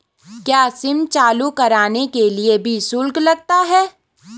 क्या सिम चालू कराने के लिए भी शुल्क लगता है?